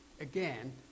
again